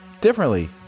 differently